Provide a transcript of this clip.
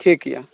ठीक यऽ